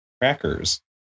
Crackers